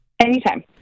Anytime